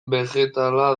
begetala